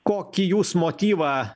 kokį jūs motyvą